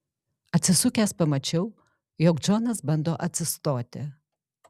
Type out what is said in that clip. atsisukęs pamačiau jog džonas bando atsistoti